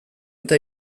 eta